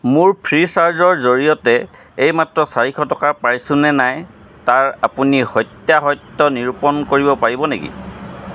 মোৰ ফ্ৰীচাৰ্জৰ জৰিয়তে এইমাত্ৰ চাৰিশ টকা পাইছো নে নাই তাৰ আপুনি সত্যাসত্য নিৰূপণ কৰিব পাৰিব নেকি